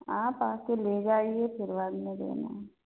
आप आके ले जाइए फिर बाद में देना